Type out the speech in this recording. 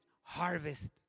harvest